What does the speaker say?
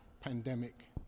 pandemic